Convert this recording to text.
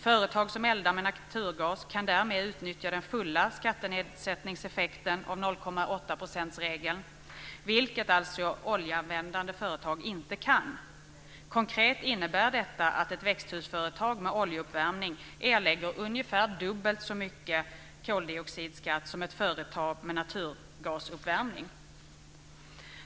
Företag som eldar med naturgas kan därmed utnyttja den fulla skattenedsättningseffekten av 0,8-procentsregeln, vilket oljeanvändande företag alltså inte kan. Konkret innebär detta att ett växthusföretag med oljeuppvärmning erlägger ungefär dubbelt så mycket koldioxidskatt som ett företag med naturgasuppvärmning.